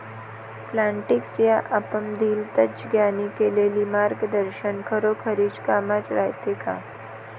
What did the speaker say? Plantix या ॲपमधील तज्ज्ञांनी केलेली मार्गदर्शन खरोखरीच कामाचं रायते का?